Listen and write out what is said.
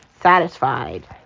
satisfied